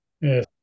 Yes